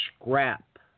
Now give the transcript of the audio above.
scrap